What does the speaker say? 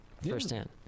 firsthand